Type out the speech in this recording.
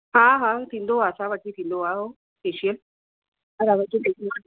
हा हा थींदो आहे असां वटि ई थींदो आहे हो फ़ेशियल असां वटि ई थींदो आहे